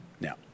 Now